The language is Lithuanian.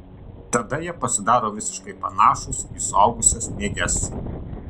tada jie pasidaro visiškai panašūs į suaugusias nėges